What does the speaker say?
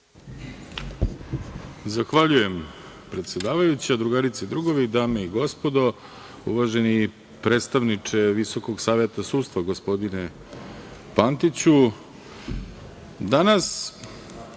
Zahvaljujem, predsedavajuća. Drugarice i drugovi, dame i gospodo, uvaženi predstavniče Visokog saveta sudstva, gospodine Pantiću, danas